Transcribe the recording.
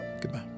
Goodbye